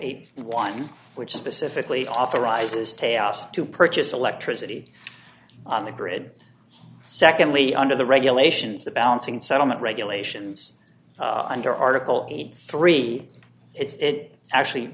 dollars which specifically authorizes tayo to purchase electricity on the grid secondly under the regulations the balancing settlement regulations under article three it's it actually